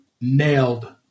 nailed